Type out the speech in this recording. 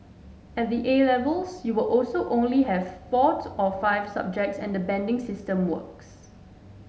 at the A Levels you will also only have four to or five subjects and banding system works